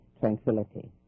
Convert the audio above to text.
tranquility